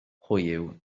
hoyw